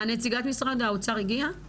נציגת משרד האוצר הגיעה?